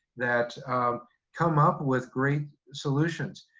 that come up with great solutions.